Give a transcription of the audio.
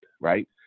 Right